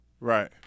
Right